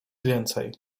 więcej